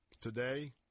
Today